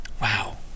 Wow